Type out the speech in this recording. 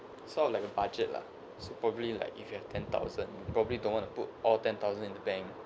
sort of like a budget lah so probably like if you have ten thousand probably don't want to put all ten thousand in the bank